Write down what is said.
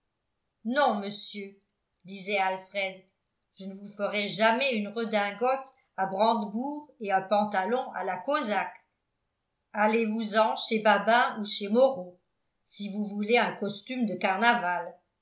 non monsieur disait alfred je ne vous ferai jamais une redingote à brandebourgs et un pantalon à la cosaque allez-vousen chez babin ou chez moreau si vous voulez un costume de carnaval